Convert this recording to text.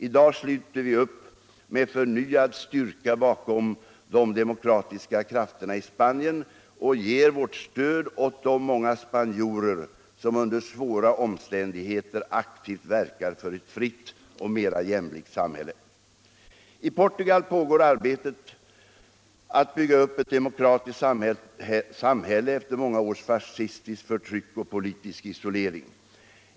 I dag sluter vi upp med förnyad styrka bakom de demokratiska krafterna i Spanien och ger vårt stöd åt de många spanjorer som under svåra omständigheter aktivt verkar för ett fritt och mer jämlikt samhälle. I Portugal pågår arbetet att bygga upp ett demokratiskt samhälle efter många års fascistiskt förtryck och politisk isolering.